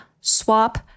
swap